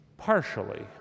partially